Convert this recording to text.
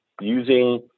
using